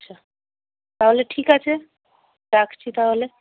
আচ্ছা তাহলে ঠিক আছে রাখছি তাহলে